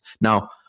Now